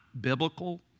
biblical